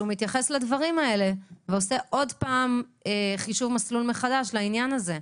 מתייחס לדברים האלה ועושה חישוב מסלול מחדש לעניין הזה.